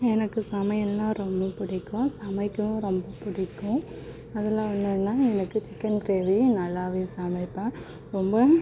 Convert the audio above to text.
எனக்கு சமையல்னா ரொம்ப பிடிக்கும் சமைக்கவும் ரொம்ப பிடிக்கும் அதில் என்னென்னா எனக்கு சிக்கன் க்ரேவியும் நல்லா சமைப்பேன் ரொம்ப